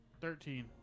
Thirteen